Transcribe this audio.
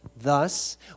Thus